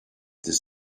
this